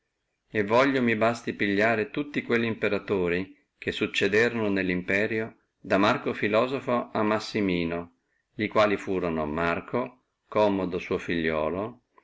e voglio mi basti pigliare tutti quelli imperatori che succederono allo imperio da marco filosofo a massimino li quali furono marco commodo suo figliuolo